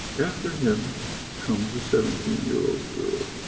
after him comes a seventeen year old girl,